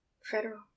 Federal